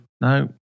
No